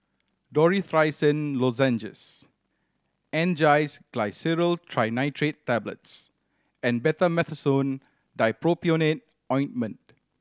Dorithricin Lozenges Angised Glyceryl Trinitrate Tablets and Betamethasone Dipropionate Ointment